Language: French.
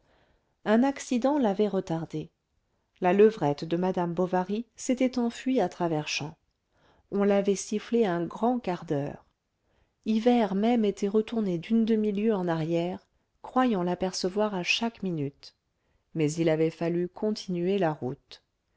un accident l'avait retardé la levrette de madame bovary s'était enfuie à travers champs on l'avait sifflée un grand quart d'heure hivert même était retourné d'une demi-lieue en arrière croyant l'apercevoir à chaque minute mais il avait fallu continuer la route